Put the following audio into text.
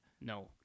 No